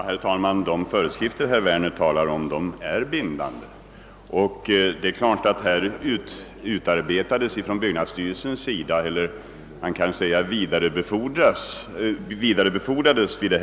Herr talman! De föreskrifter som herr Werner talar om är beträffande samlingslokaler bindande.